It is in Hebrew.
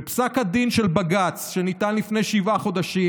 בפסק הדין של בג"ץ שניתן לפני שבעה חודשים,